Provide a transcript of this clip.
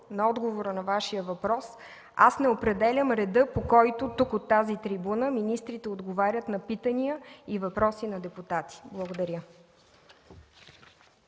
на отговора на Вашия въпрос, аз не определям реда, по който тук, от тази трибуна, министрите отговарят на питания и въпроси на депутати. Благодаря.